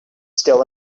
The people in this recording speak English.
still